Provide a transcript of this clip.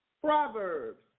Proverbs